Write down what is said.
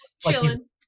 Chilling